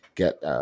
Get